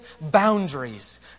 boundaries